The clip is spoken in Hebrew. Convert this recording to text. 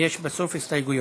איתך את הכנסת.